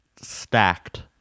stacked